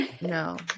no